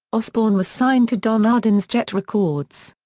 osbourne was signed to don arden's jet records.